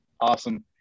awesome